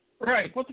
Right